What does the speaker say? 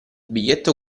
biglietto